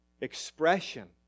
expression